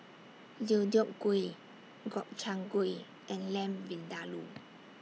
Deodeok Gui Gobchang Gui and Lamb Vindaloo